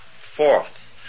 Fourth